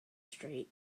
street